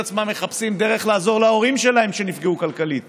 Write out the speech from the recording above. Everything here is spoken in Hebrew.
עצמם מחפשים דרך לעזור להורים שלהם שנפגעו כלכלית